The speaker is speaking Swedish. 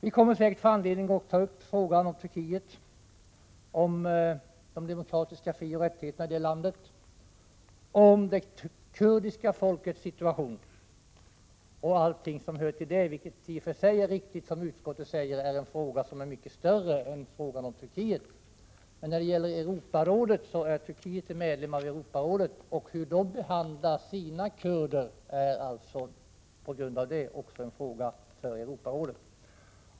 Vi kommer säkert att senare få anledning att ta upp frågan om Turkiet, om de demokratiska frioch rättigheterna i det landet, om det kurdiska folkets situation och allt som hör till detta. Det är i och för sig riktigt, som utskottet säger, att den frågan är mycket större än frågan om Turkiet. Men Turkiet är medlem i Europarådet, och hur landet behandlar sina kurder är därför också en fråga för Europarådet.